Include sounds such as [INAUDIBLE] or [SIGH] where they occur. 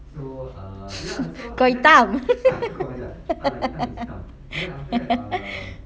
[LAUGHS] kau hitam [LAUGHS]